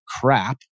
crap